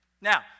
now